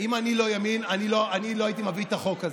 אם אני לא ימין, לא הייתי מביא את החוק הזה.